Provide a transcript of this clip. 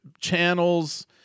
channels